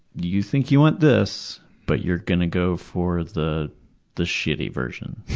you think you want this but you're going to go for the the shitty version.